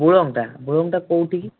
ବୁଳମଟା ବୁଳମଟା କେଉଁଠି କି